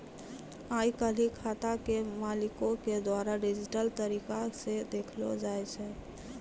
आइ काल्हि खाता के मालिको के द्वारा डिजिटल तरिका से देखलो जाय छै